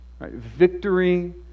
Victory